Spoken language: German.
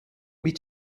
mit